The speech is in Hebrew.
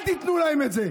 אל תיתנו להם את זה.